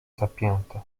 zapięte